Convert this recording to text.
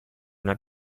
una